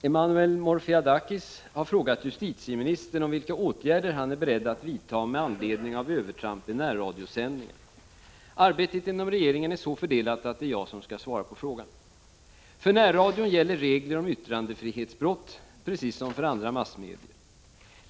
Herr talman! Emmanuel Morfiadakis har frågat justitieministern om vilka åtgärder han är beredd att vidta med anledning av övertramp i närradiosändningar. Arbetet inom regeringen är så fördelat att det är jag som skall svara på frågan. För närradion gäller regler om yttrandefrihetsbrott precis som för andra massmedier.